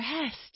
rest